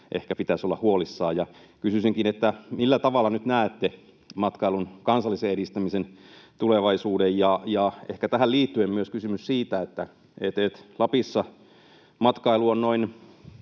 ehkä pitäisi olla huolissaan. Kysyisinkin, että millä tavalla nyt näette matkailun kansallisen edistämisen tulevaisuuden. Ehkä tähän liittyen myös kysymys siitä, että kun Lapissa matkailu on noin